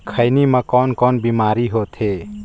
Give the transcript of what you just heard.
खैनी म कौन कौन बीमारी होथे?